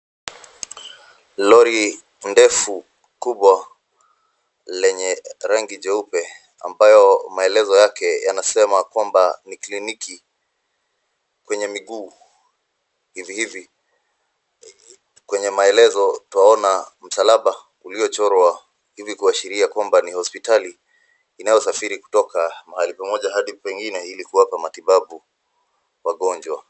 Lori ndefu kubwa lenye rangi jeupe ambayo maelezo yake yanasema kwamba ni kliniki. Kwenye miguu hivihivi. Kwenye maelezo twaona msalaba uliochorwa hivi kuashiria kwamba ni hospitali inayosafiri kutoka mahali pamoja hadi pengine ili kuwapa matibabu wagonjwa.